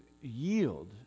yield